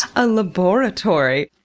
a laboratory.